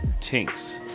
Tinks